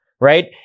Right